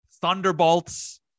thunderbolts